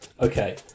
Okay